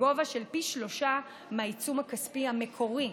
בגובה של פי שלושה מהעיצום הכספי המקורי.